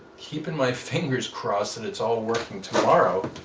keeping my fingers crossed that it's all working tomorrow,